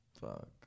fuck